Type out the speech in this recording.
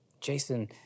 Jason